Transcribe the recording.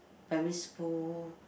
primary school